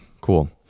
cool